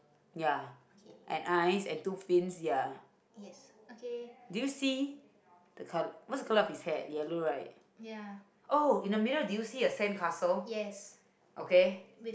okay yes okay ya yes with